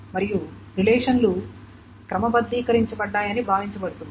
మరియు రిలేషన్ లు క్రమబద్ధీకరించబడ్డాయని భావించబడుతుంది